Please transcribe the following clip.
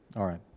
alright,